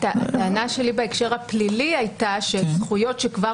הטענה שלי בהקשר הפלילי הייתה שזכויות שכבר